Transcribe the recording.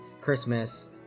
Christmas